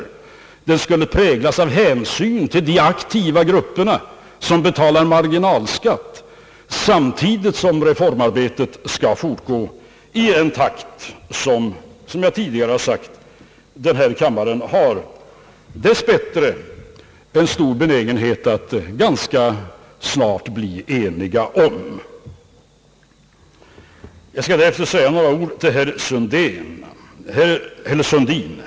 Den skulle präglas av hänsyn till de aktiva grupperna som betalar marginalskatt, samtidigt som reformarbetet skall fortgå i en takt, som — vilket jag tidigare sagt — man i den här kammaren dess bättre har en stor benägenhet att snart bli enig om. Jag skall härefter säga några ord till herr Sundin.